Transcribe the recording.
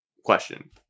question